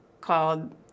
called